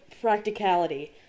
practicality